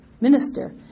minister